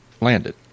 landed